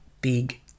big